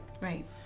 Right